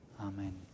Amen